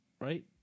right